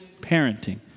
parenting